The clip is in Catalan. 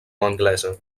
anglesa